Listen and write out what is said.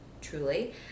truly